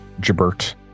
Jabert